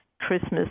Christmas